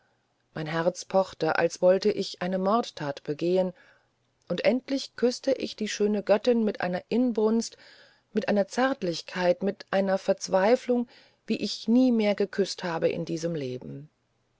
mein herz pochte als wollte ich eine mordtat begehen und endlich küßte ich die schöne göttin mit einer inbrunst mit einer zärtlichkeit mit einer verzweiflung wie ich nie mehr geküßt habe in diesem leben